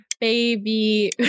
baby